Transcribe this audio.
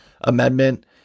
amendment